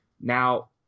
Now